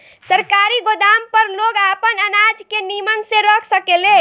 सरकारी गोदाम पर लोग आपन अनाज के निमन से रख सकेले